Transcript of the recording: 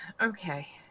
okay